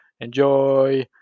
enjoy